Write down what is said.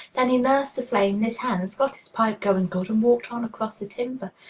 then he nursed the flame in his hands, got his pipe going good, and walked on across the timber.